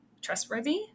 trustworthy